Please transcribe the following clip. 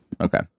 Okay